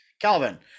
Calvin